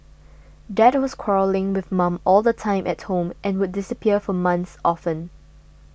dad was quarrelling with mum all the time at home and would disappear for months often